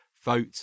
vote